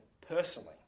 personally